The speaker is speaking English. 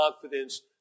confidence